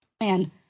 man